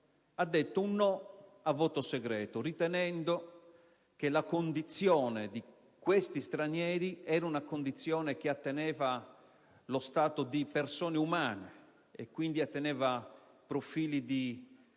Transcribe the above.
Ha detto un no a voto segreto, ritenendo che la condizione di questi stranieri fosse una condizione che atteneva lo stato di persona e, quindi, profili di